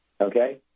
okay